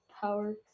power